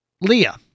Leah